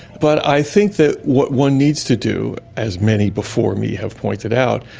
but i think that what one needs to do, as many before me have pointed out,